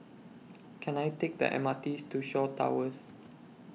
Can I Take The MRT's to Shaw Towers